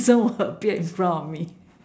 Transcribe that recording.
~son will appear in front of me